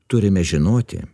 turime žinoti